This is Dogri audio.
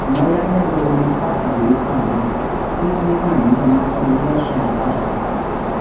मजा इं'या डोगरी जेह्ड़ी भाशा ना ओह् में तुसें सनाई निं सकना बड़ी गै शैल भाशा